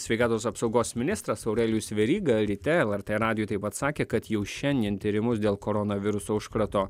sveikatos apsaugos ministras aurelijus veryga ryte lrt radijui taip pat sakė kad jau šiandien tyrimus dėl koronaviruso užkrato